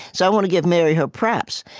so i want to give mary her props.